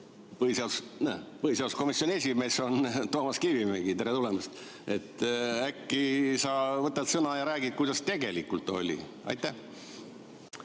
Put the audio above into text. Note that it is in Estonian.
põhiseaduskomisjoni esimees Toomas Kivimägi. Tere tulemast! Äkki sa võtad sõna ja räägid, kuidas tegelikult oli. Hea